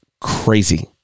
crazy